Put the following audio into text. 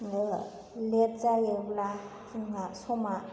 late जायोब्ला जोंहा समा